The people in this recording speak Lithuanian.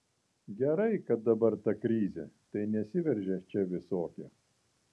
gerai kad dabar ta krizė tai nesiveržia čia visokie